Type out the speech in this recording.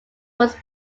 was